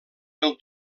del